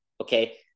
Okay